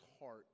heart